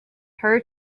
her